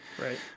right